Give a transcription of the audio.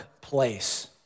place